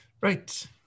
right